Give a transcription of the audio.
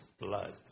blood